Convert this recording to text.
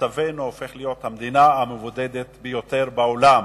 מצבנו הופך להיות של המדינה המבודדת ביותר בעולם,